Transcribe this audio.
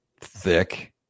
thick